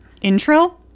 intro